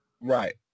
Right